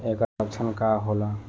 ऐकर लक्षण का होला?